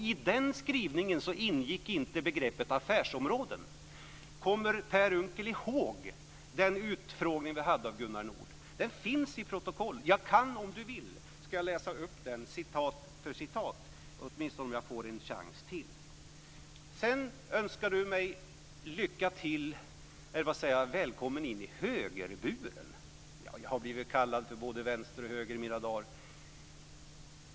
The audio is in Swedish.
I den skrivningen ingick inte begreppet affärsområden. Kommer Per Unckel ihåg den utfrågning vi hade av Gunnar Nord? Den finns med i protokollet. Jag kan läsa upp den citat för citat - åtminstone om jag får en chans till. Sedan önskar Per Unckel mig välkommen in i högerburen. Jag har blivit kallad för både vänster och höger i mina dagar.